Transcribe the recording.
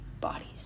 bodies